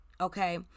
Okay